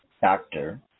doctor